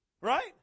Right